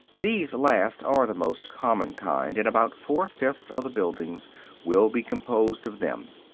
these last are the most common kind, and about four-fifths of the buildings will be composed of them.